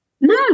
No